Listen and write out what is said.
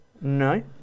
No